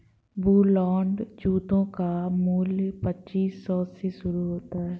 Woodland जूतों का मूल्य पच्चीस सौ से शुरू होता है